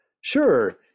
sure